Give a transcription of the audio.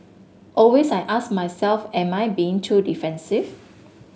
always I ask myself am I being too defensive